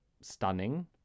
stunning